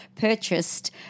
purchased